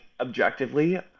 objectively